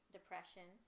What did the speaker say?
Depression